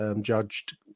judged